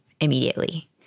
immediately